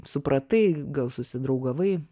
supratai gal susidraugavai